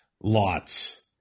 lots